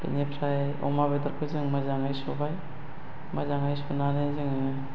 बेनिफ्राय अमा बेदरखौ जों मोजांयै सुबाय मोजांयै सुनानै जोंङो